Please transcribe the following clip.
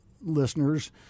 listeners